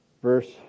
Verse